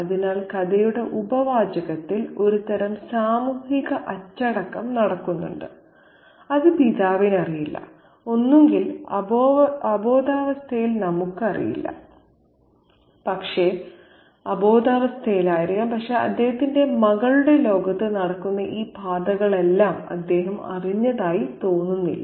അതിനാൽ കഥയുടെ ഉപവാചകത്തിൽ ഒരുതരം സാമൂഹിക അച്ചടക്കം നടക്കുന്നുണ്ട് അത് പിതാവിന് അറിയില്ല ഒന്നുകിൽ അബോധാവസ്ഥയിൽ നമുക്കറിയില്ല പക്ഷേ അദ്ദേഹത്തിന്റെ മകളുടെ ലോകത്ത് നടക്കുന്ന ഈ പാതകളെല്ലാം അദ്ദേഹം അറിഞ്ഞതായി തോന്നുന്നില്ല